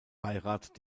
beirat